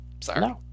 Sorry